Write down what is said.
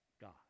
God